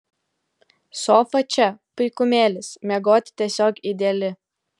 sofa čia puikumėlis miegoti tiesiog ideali